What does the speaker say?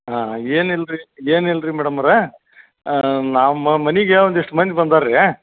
ಹಾಂ ಏನೂ ಇಲ್ಲ ರಿ ಏನೂ ಇಲ್ಲ ರಿ ಮೇಡಮ್ ಅವರೇ ನಾವು ಮನೆಗೆ ಒಂದಿಷ್ಟು ಮಂದಿ ಬಂದಾರೆ ರೀ